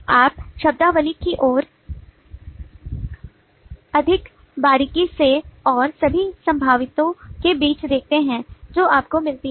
आप शब्दावली को और अधिक बारीकी से और सभी संभावितों के बीच देखते हैं जो आपको मिली हैं